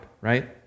right